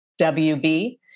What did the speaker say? WB